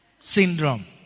syndrome